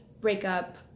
breakup